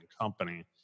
company